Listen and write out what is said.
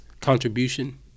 contribution